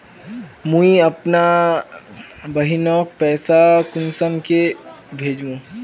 मुई अपना बहिनोक पैसा कुंसम के भेजुम?